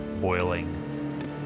Boiling